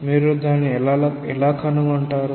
మీరు దాన్ని ఎలా కనుగొంటారు